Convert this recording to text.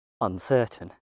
uncertain